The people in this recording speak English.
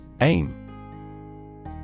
Aim